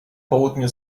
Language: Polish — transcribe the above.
południu